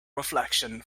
reflection